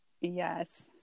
Yes